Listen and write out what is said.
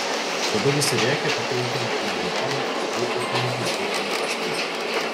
tada visi rėkė kokie ūkininkai nevidonai du ūkininkai buvo nuteisti